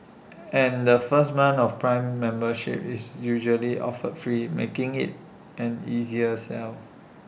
and the first month of prime membership is usually offered free making IT an easier sell